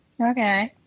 Okay